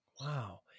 Wow